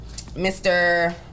Mr